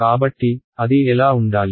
కాబట్టి అది ఎలా ఉండాలి